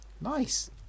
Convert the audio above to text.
Nice